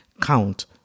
count